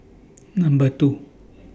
Number two